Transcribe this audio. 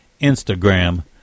Instagram